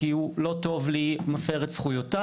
כי הוא לא טוב לי או מפר את זכויותיי,